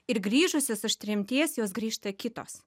ir grįžusius iš tremties jos grįžta kitos